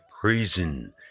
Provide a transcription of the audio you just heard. prison